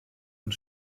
und